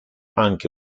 anche